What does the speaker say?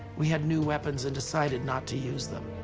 we had new weapons and decided not to use them.